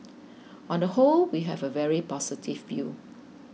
on the whole we have a very positive view